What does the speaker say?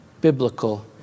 biblical